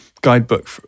guidebook